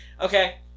Okay